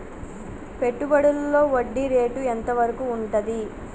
పెట్టుబడులలో వడ్డీ రేటు ఎంత వరకు ఉంటది?